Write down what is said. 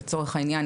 לצורך העניין,